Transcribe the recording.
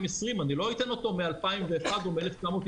אני אתן לו את חוזה החכירה מ-2020,